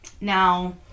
Now